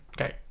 okay